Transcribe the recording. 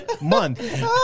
month